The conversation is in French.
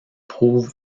prouve